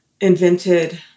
invented